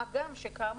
מה גם שכאמור,